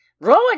Rowan